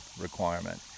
requirement